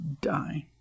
dying